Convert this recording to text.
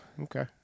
Okay